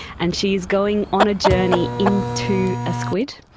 and she is going on a journey into a squid.